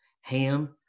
Ham